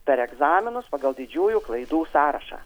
per egzaminus pagal didžiųjų klaidų sąrašą